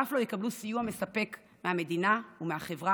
ואף לא יקבלו סיוע מספק מהמדינה ומהחברה,